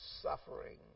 suffering